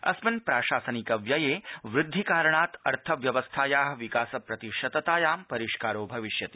अस्मिन् प्राशासनिक व्यये वृद्धिकारणात् अर्थव्यवस्थाया विकास प्रतिशततायां परिष्कारो भविष्यति